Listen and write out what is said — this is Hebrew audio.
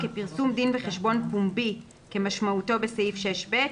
כפרסום דין וחשבון פומבי כמשמעותו בסעיף 6ב,